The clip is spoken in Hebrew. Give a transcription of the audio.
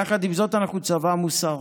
יחד עם זאת, אנחנו צבא מוסרי.